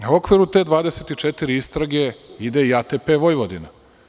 U okviru tih 24 istraga ide i ATP Vojvodina.